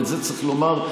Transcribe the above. ואת זה צריך לומר,